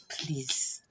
please